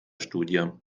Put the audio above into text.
studie